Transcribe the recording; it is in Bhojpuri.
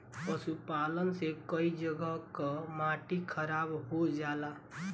पशुपालन से कई जगह कअ माटी खराब हो जाला